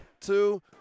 two